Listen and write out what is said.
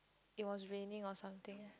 it was raining or something